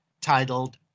titled